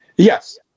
Yes